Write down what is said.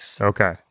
Okay